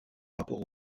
rapport